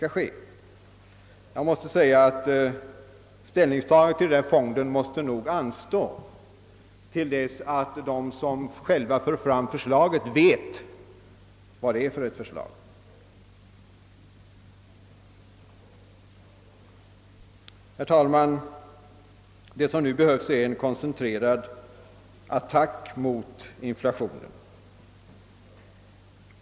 Ställningstagandet till fonden måste nog anstå tills de som lagt fram förslaget själva vet vad det går ut på. Vad som nu behövs är en koncentrerad attack mot inflationen.